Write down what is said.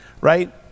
Right